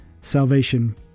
salvation